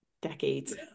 decades